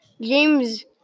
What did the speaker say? James